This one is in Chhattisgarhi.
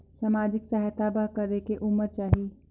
समाजिक सहायता बर करेके उमर चाही?